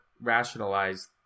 rationalize